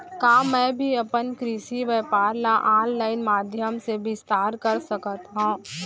का मैं भी अपन कृषि व्यापार ल ऑनलाइन माधयम से विस्तार कर सकत हो?